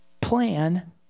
plan